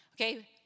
okay